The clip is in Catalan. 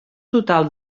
total